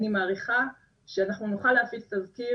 אני מעריכה שאנחנו נוכל להפיץ תזכיר